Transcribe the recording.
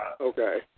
Okay